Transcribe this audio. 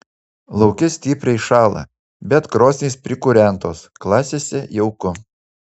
lauke stipriai šąla bet krosnys prikūrentos klasėse jauku